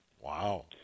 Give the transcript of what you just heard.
Wow